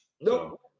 Nope